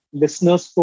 listeners